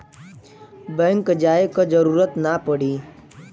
bank जाये क जरूरत ना पड़ी